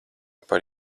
par